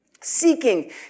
seeking